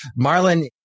Marlon